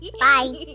Bye